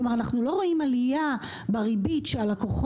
כלומר אנחנו לא רואים עלייה בריבית שהלקוחות